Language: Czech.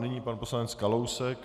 Nyní pan poslanec Kalousek.